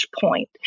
point